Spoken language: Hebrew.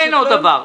אין עוד דבר.